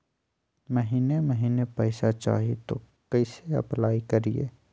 महीने महीने पैसा चाही, तो कैसे अप्लाई करिए?